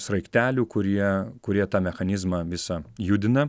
sraigtelių kurie kurie tą mechanizmą visą judina